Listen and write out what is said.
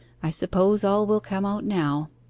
i suppose all will come out now.